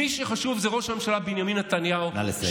מי שחשוב זה ראש הממשלה בנימין נתניהו, נא לסיים.